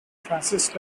francis